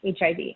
HIV